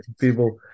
people